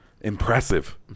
impressive